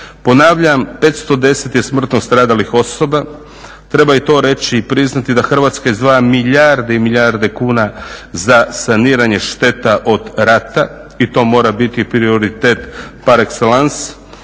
Ponavljam, 510 je smrtno stradalih osoba. Treba i to reći i priznati da Hrvatska izdvaja milijarde i milijarde kuna za saniranje šteta od rata i to mora biti prioritet par excellence.